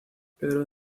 pedro